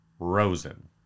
Rosen